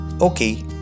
Okay